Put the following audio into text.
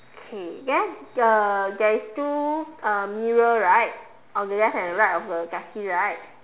okay then uh there is two uh mirror right on the left and right of the taxi right